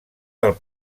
del